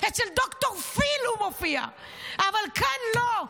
אצל ד"ר פיל הוא מופיע, אבל כאן לא.